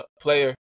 player